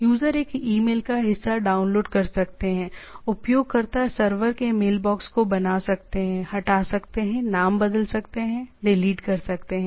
user एक email का हिस्सा डाउनलोड कर सकते हैंउपयोगकर्ता सर्वर के मेलबॉक्स को बना सकते हैं हटा सकते हैं नाम बदल सकते हैं डिलीट कर सकते हैं